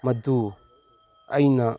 ꯃꯗꯨ ꯑꯩꯅ